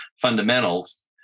fundamentals